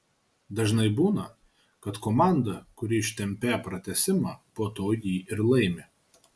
dažnai būna kad komanda kuri ištempią pratęsimą po to jį ir laimi